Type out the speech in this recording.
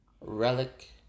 Relic